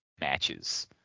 matches